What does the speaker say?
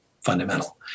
fundamental